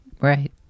right